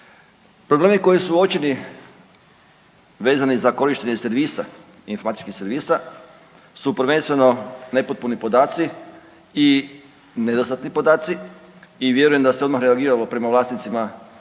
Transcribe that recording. Problemi koji su uočeni vezani za korištenje servisa, informatičkih servisa su prvenstveno nepotpuni podaci i nedostatni podaci i vjerujem da se odmah reagiralo prema vlasnicima tih